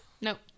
Nope